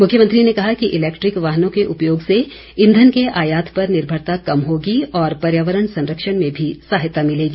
मुख्यमंत्री ने कहा कि इलैक्ट्रिक वाहनों के उपयोग से ईंघन के आयात पर निर्भरता कम होगी और पर्यावरण सरंक्षण में भी सहायता मिलेगी